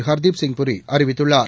Hardeep Singh பூரிஅறிவித்துள்ளார்